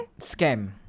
scam